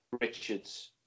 Richards